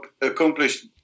accomplished